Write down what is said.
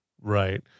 Right